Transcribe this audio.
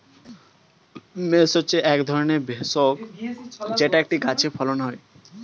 mace হচ্ছে এক ধরনের ভেষজ যেটা একটা গাছে ফলন হয়